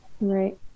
Right